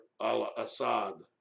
al-Assad